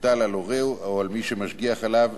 תוטל על הורהו או על מי שמשגיח עליו,